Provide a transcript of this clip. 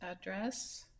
address